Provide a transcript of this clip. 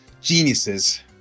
geniuses